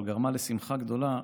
אבל גרמה לשמחה גדולה.